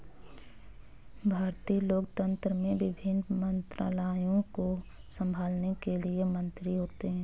भारतीय लोकतंत्र में विभिन्न मंत्रालयों को संभालने के लिए मंत्री होते हैं